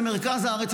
למרכז הארץ,